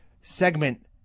segment